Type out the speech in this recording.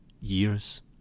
Years